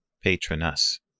patron-us